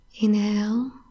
Inhale